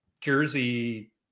Jersey